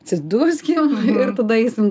atsiduskim ir tada eisim